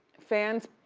fans